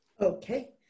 Okay